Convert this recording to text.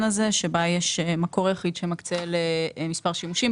הזה שבה יש מקור יחיד שמקצה למספר שימושים,